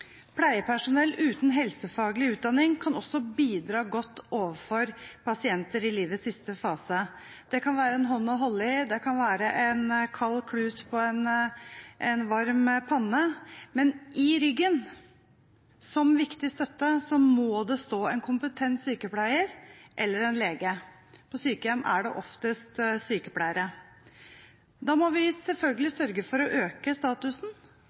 Pleiepersonell uten helsefaglig utdanning kan også bidra godt overfor pasienter i livets siste fase. Det kan være en hånd å holde i, det kan være en kald klut på en varm panne, men i ryggen, som viktig støtte, må det stå en kompetent sykepleier eller en lege – på sykehjem er det oftest sykepleiere. Da må vi selvfølgelig sørge for å øke statusen